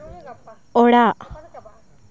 ᱚᱲᱟᱜ